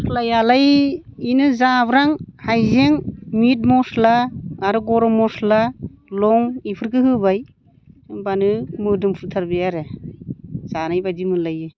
म'स्लायालाय बेनो जाब्रां हाइजें मिट म'स्ला आरो गरम म'स्ला लं बेफोरखौ होबाय होनबानो मोदोमफ्रुथारबाय आरो जानाय बायदि मोनलायो